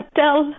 tell